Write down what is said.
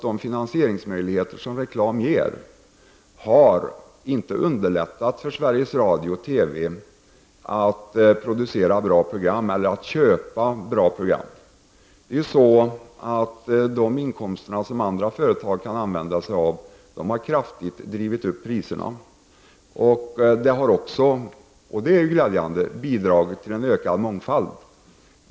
De finansieringsmöjligheter som reklam ger har inte underlättat för Sveriges Radio/TV att köpa bra program. De inkomster som andra företag förfogar över har kraftigt drivit upp priserna. Detta har också — vilket är glädjande — bidragit till en ökad mångfald.